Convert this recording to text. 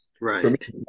Right